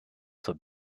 zur